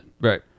Right